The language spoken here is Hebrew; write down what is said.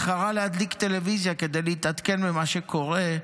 היא בחרה להדליק טלוויזיה כדי להתעדכן במה שקורה,